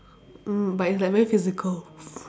mm but it's like very physical